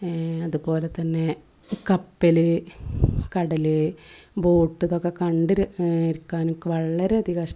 അതുപോലെത്തന്നെ കപ്പൽ കടൽ ബോട്ട് ഇതൊക്കെ കണ്ട് രെ ഇരിക്കാൻ എനിക്ക് വളരെയധികം ഇഷ്ടമാണ്